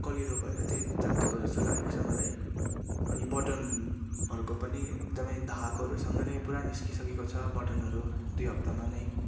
कलिलो भएर चाहिँ च्यातिएको जस्तै लागेको छ मलाई मलाई अनि बटनहरूको पनि एकदमै धागोहरूसँगै नै पुरा निस्किसकेको छ बटनहरू दुई हप्तामा नै